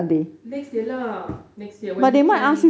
next year lah next year when we can